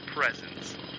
presence